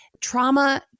Trauma